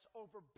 over